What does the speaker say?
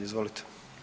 Izvolite.